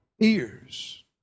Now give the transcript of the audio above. ears